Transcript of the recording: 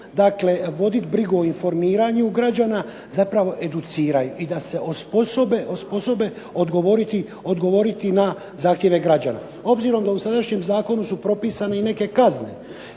obvezu voditi brigu o informiranju građana zapravo educiraju i da se osposobe odgovoriti na zahtjeve građana. Obzirom da u sadašnjem zakonu se propisane i neke kazne